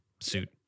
suit